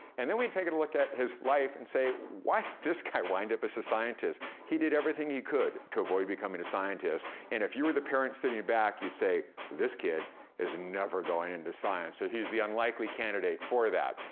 and then, we take a look at his life and say, why'd this guy wind up as a scientist? he did everything he could to avoid becoming a scientist, and if you were the parent sitting back, you'd say, this kid is never going into science. so he's the unlikely candidate for that.